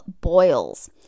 boils